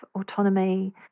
autonomy